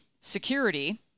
security